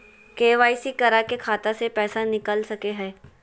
KYC करा के खाता से पैसा निकल सके हय?